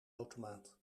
automaat